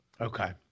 Okay